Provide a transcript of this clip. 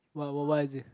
what what what is it